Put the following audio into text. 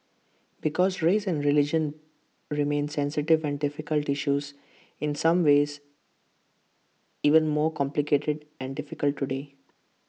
because race and religion remain sensitive and difficult issues in some ways even more complicated and difficult today